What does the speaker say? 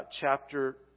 chapter